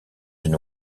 une